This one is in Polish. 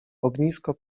ognisko